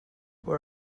what